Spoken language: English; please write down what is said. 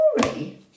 story